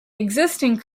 existing